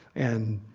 and,